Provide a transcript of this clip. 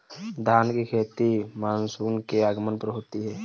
धान की खेती मानसून के आगमन पर होती है